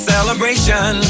celebration